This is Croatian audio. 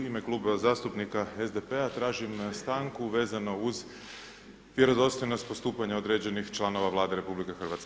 U ime Kluba zastupnika SDP-a tražim stanku vezano uz vjerodostojnost postupanja određenih članova Vlade RH.